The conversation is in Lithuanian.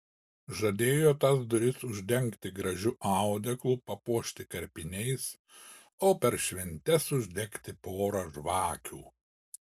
žadėjo tas duris uždengti gražiu audeklu papuošti karpiniais o per šventes uždegti porą žvakių